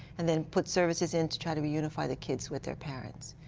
and then put services in to try to reunify the kids with their parents.